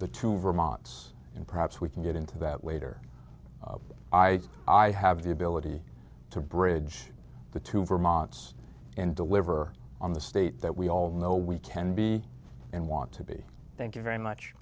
the to vermont's and perhaps we can get into that later i i have the ability to bridge the two vermont's and deliver on the state that we all know we can be and want to be thank you very much